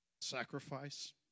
Sacrifice